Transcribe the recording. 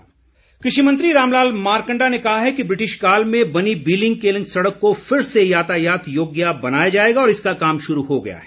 मारकंडा कृषि मंत्री रामलाल मारकंडा ने कहा है कि ब्रिटिशकाल में बनी बीलिंग केलंग सड़क को फिर से यातायात योग्य बनाया जाएगा और इसका काम शुरू हो गया है